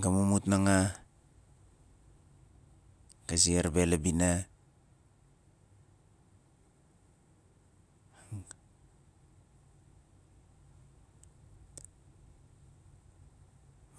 ga mumut nanga ga ziar be la bina